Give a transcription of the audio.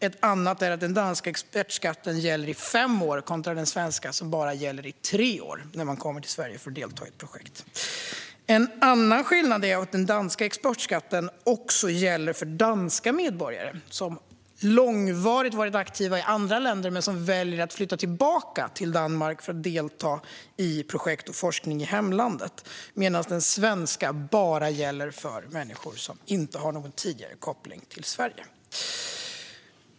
Ett annat är att den danska expertskatten gäller i fem år, kontra den svenska som bara gäller i tre år för den som kommer till Sverige för att delta i ett projekt. En annan skillnad är att den danska expertskatten gäller även för danska medborgare som under lång tid har varit aktiva i andra länder men väljer att flytta tillbaka till Danmark för att delta i projekt och forskning i hemlandet, medan den svenska bara gäller för människor som inte har någon tidigare koppling till Sverige.